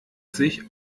sich